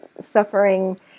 suffering